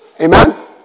Amen